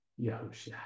Yahusha